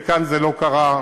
וכאן זה לא קרה,